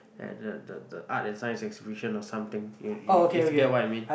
and the the the art and science exhibition or something you you you can get what I mean